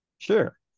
Sure